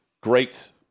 great